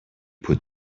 put